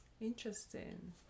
Interesting